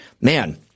Man